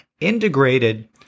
integrated